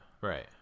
Right